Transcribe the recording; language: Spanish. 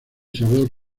sabor